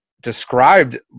described